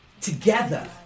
together